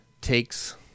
takes